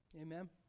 Amen